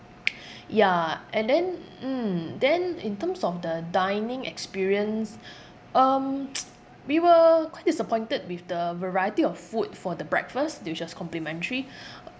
ya and then mm then in terms of the dining experience um we were quite disappointed with the variety of food for the breakfast which was complimentary